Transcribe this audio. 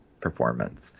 performance